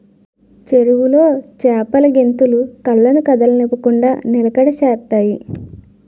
చెరువులో చేపలు గెంతులు కళ్ళను కదలనివ్వకుండ నిలకడ చేత్తాయి